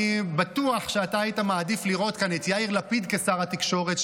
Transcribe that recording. אני בטוח שהיית מעדיף לראות כאן את יאיר לפיד כשר התקשורת,